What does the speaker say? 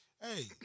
Hey